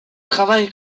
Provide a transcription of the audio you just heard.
travaille